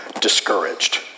discouraged